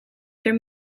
their